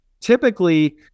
Typically